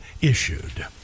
issued